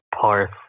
parse